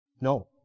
No